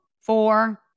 four